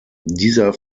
dieser